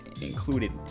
included